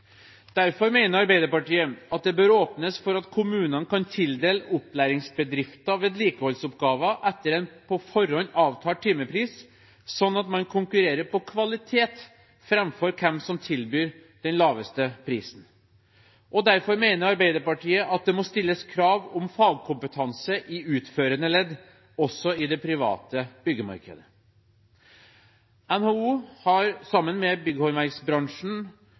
Derfor mener Arbeiderpartiet at det bør åpnes for at kommunene kan tildele opplæringsbedrifter vedlikeholdsoppgaver etter en på forhånd avtalt timepris, sånn at man konkurrerer på kvalitet framfor på hvem som tilbyr den laveste prisen. Derfor mener Arbeiderpartiet at det må stilles krav om fagkompetanse i utførende ledd også i det private byggemarkedet. NHO har sammen med bygghåndverksbransjen